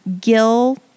Gil